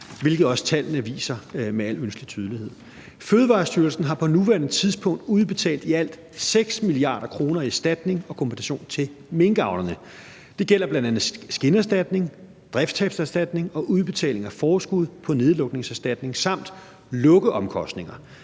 hvilket tallene også viser med al ønskelig tydelighed. Fødevarestyrelsen har på nuværende tidspunkt udbetalt i alt 6 mia. kr. i erstatning og kompensation til minkavlerne. Det gælder bl.a. skinderstatning, driftstabserstatning og udbetaling af forskud på nedlukningserstatning samt lukkeomkostninger.